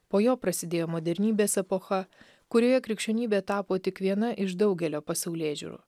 po jo prasidėjo modernybės epocha kurioje krikščionybė tapo tik viena iš daugelio pasaulėžiūrų